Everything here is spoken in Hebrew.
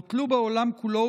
הוטלו בעולם כולו,